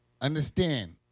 understand